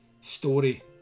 story